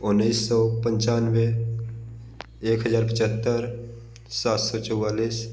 उन्नीस सौ पंचानवे एक हज़ार पचहत्तर सात सौ चौंतालीस